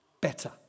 better